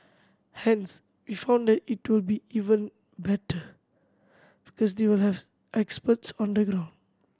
hence we found that it will be even better because they will have experts on the ground